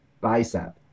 Bicep